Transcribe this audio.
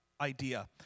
idea